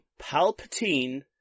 Palpatine